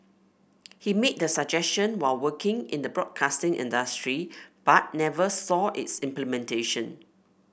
he made the suggestion while working in the broadcasting industry but never saw its implementation